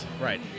Right